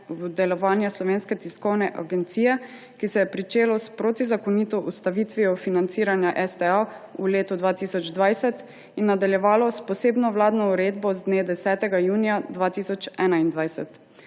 v delovanje Slovenske tiskovne agencije, ki se je pričelo s protizakonito ustavitvijo financiranja STA v letu 2020 in nadaljevalo s posebno vladno uredbo z dne 10. junija 2021.